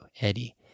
Eddie